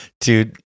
Dude